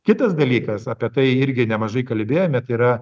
kitas dalykas apie tai irgi nemažai kalbėjome yra